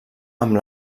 amb